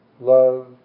loved